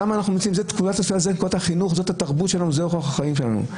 זאת התרבות שלנו וזה אורח החיים שלנו.